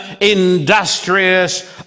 industrious